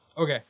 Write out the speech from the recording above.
Okay